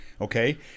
okay